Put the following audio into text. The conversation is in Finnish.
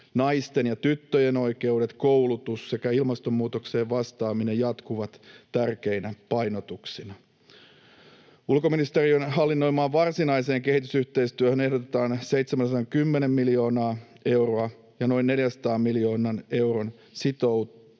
Naisten ja tyttöjen oikeudet, koulutus sekä ilmastonmuutokseen vastaaminen jatkuvat tärkeinä painotuksina. Ulkoministeriön hallinnoimaan varsinaiseen kehitysyhteistyöhön ehdotetaan 710 miljoonaa euroa ja noin 400 miljoonan euron sitoumusvaltuuksia.